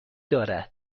دارد